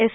S